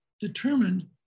determined